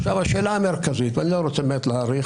השאלה המרכזית אני לא רוצה להאריך,